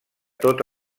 tot